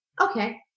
okay